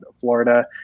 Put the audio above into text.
Florida